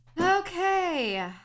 Okay